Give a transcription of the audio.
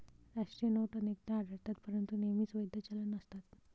राष्ट्रीय नोट अनेकदा आढळतात परंतु नेहमीच वैध चलन नसतात